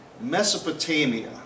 Mesopotamia